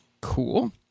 Cool